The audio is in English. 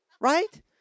Right